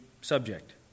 subject